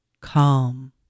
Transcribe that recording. calm